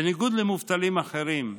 בניגוד למובטלים אחרים,